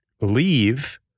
leave